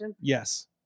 Yes